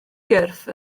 gyrff